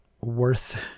worth